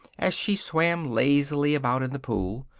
as she swam lazily about in the pool,